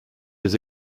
les